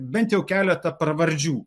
bent jau keletą pravardžių